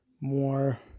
more